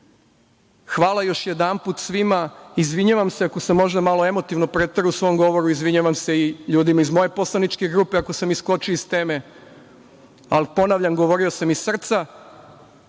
nas. Hvala još jedanput svima. Izvinjavam se ako sam možda malo emotivno preterao u svom govoru. Izvinjavam se i ljudima iz moje poslaničke grupe ako sam iskočio iz teme. Ponavljam, govorio sam iz srca